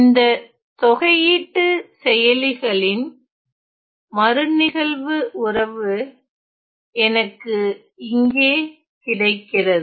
இந்த தொகையீட்டு செயலிகளின் மறுநிகழ்வு உறவு எனக்கு இங்கே கிடைக்கிறது